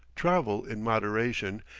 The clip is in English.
travel in moderation,